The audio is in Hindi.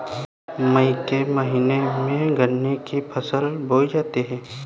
मई के महीने में गन्ना की फसल बोई जाती है